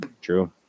True